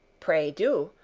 pray do!